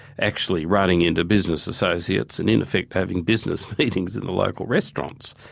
actually running into business associates, and in effect having business meetings in the local restaurants.